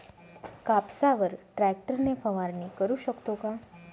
कापसावर ट्रॅक्टर ने फवारणी करु शकतो का?